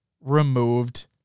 removed